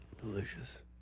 Delicious